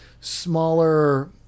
Smaller